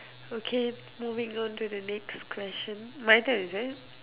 okay moving on to the next question my turn is it